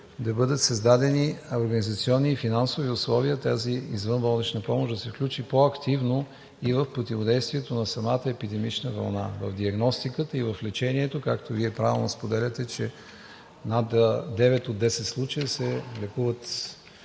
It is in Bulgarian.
да бъдат създадени организационни и финансови условия тази извънболнична помощ да се включи по-активно и в противодействието на самата епидемична вълна – в диагностиката, и в лечението, както Вие правилно споделяте, че в 9 от 10 случая се лекуват